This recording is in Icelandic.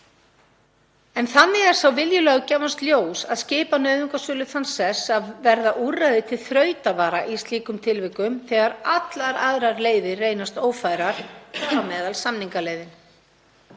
Þannig er sá vilji löggjafans ljós að skipa nauðungarsölu þann sess að verða úrræði til þrautavara í slíkum tilvikum þegar allar aðrar leiðir reynast ófærar, þar á meðal samningaleiðin.